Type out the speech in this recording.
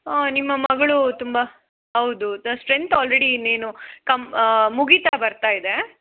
ಆಂ ನಿಮ್ಮ ಮಗಳು ತುಂಬ ಹೌದು ದ ಸ್ಟ್ರೆಂತ್ ಆಲ್ರೆಡಿ ಇನ್ನೇನು ಕಮ್ ಮುಗೀತಾ ಬರ್ತಾ ಇದೆ